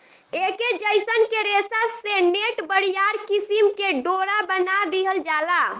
ऐके जयसन के रेशा से नेट, बरियार किसिम के डोरा बना दिहल जाला